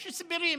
יש הסברים.